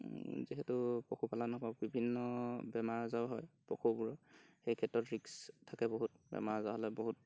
যিহেতু পশুপালনসকলক বিভিন্ন বেমাৰ আজাৰো হয় পশুবোৰৰ সেইক্ষেত্ৰত ৰিস্ক থাকে বহুত বেমাৰ আজাৰ হ'লে বহুত